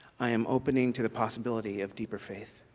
i am opening to the possibility of deeper faith.